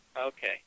Okay